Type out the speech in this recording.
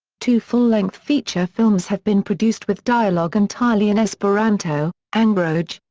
two full-length feature films have been produced with dialogue entirely in esperanto angoroj,